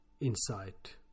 insight